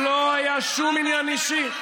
לא היה שום עניין אישי.